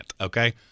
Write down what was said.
okay